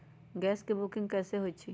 Gas के booking कैसे होईछई?